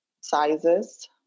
sizes